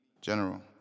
General